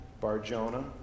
Bar-Jonah